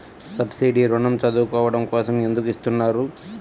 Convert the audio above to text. Subsidy ఋణం చదువుకోవడం కోసం ఎందుకు ఇస్తున్నారు?